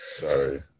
Sorry